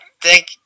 thank